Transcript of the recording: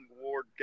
Ward